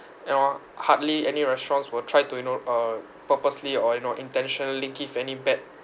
you know uh hardly any restaurants will try to you know uh purposely or you know intentionally give any bad